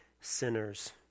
sinners